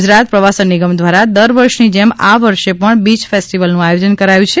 ગુજરાત પ્રવાસન નિગમ દ્વારા દર વર્ષની જેમ આ વર્ષે પણ બીય ફેસ્ટીવલનુ આયોજન કરાયુ છે